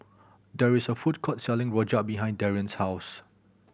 there is a food court selling rojak behind Darien's house